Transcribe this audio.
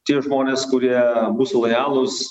tie žmonės kurie bus lojalūs